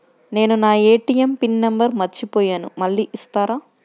నేను నా ATM PIN number మర్చిపోయాను మళ్ళీ ఇస్తారా?